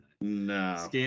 No